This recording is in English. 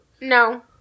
no